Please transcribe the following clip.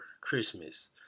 christmas